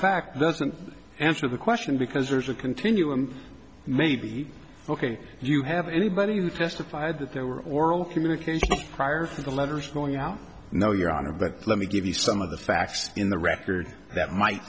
an answer the question because there's a continuum maybe ok you have anybody who testified that there were oral communication prior to the letters going out now your honor but let me give you some of the facts in the record that might